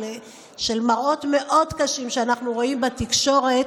עם מראות מאוד קשים שאנחנו רואים בתקשורת,